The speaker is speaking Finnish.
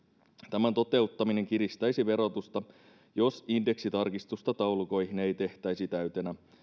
tämän toteuttaminen kiristäisi verotusta jos indeksitarkistusta taulukoihin ei tehtäisi täytenä